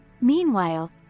Meanwhile